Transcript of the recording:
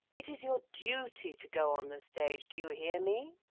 it is your duty to go on the stage, do you hear me?